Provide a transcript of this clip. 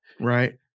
Right